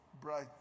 Bright